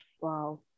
wow